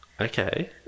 Okay